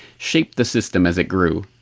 shaped the system as it grew.